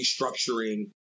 restructuring